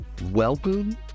Welcome